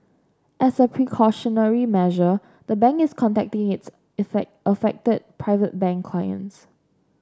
as a precautionary measure the bank is contacting its affected Private Bank clients